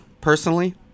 personally